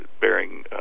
bearing